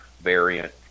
variant